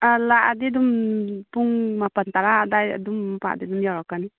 ꯑꯥ ꯂꯥꯛꯑꯗꯤ ꯑꯗꯨꯝ ꯄꯨꯡ ꯃꯥꯄꯟ ꯇꯔꯥ ꯑꯗꯥꯏꯗ ꯑꯗꯨꯝ ꯃꯄꯥꯗ ꯑꯗꯨꯝ ꯌꯧꯔꯛꯀꯅꯤ